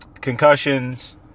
concussions